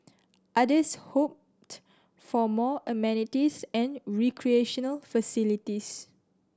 others hoped for more amenities and recreational facilities